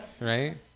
right